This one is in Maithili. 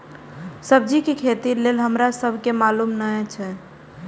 सब्जी के खेती लेल हमरा सब के मालुम न एछ?